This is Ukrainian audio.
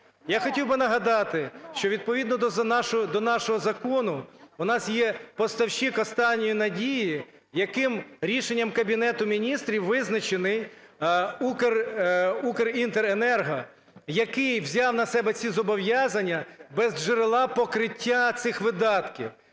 Я хотів би нагадати, що відповідно до нашого закону у нас є поставщик "останньої надії", яким рішенням Кабінету Міністрів визначений "Укрінтеренерго", який взяв на себе ці зобов'язання без джерела покриття цих видатків.